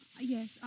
Yes